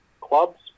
clubs